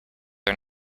are